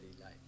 life